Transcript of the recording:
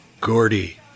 Gordy